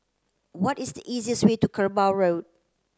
what is the easiest way to Kerbau Road